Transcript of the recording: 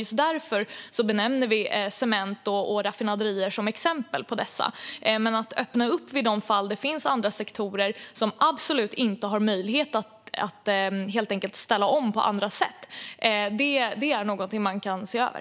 Vi benämner cementproduktion och raffinaderier som exempel på dessa, men att öppna för andra sektorer som absolut inte har möjlighet att ställa om på andra sätt är något man kan se över.